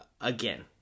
again